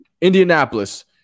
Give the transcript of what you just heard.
Indianapolis